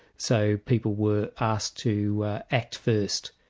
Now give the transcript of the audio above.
so people were asked to act first.